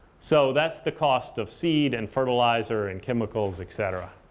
so that's the cost of seed and fertilizer and chemicals, et cetera.